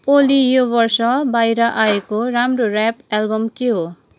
ओली यो वर्ष बाहिर आएको राम्रो ऱ्याप एल्बम के हो